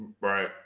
right